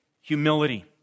Humility